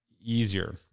easier